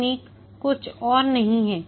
तकनीक कुछ और नहीं है